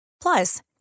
Plus